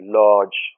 large